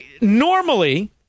Normally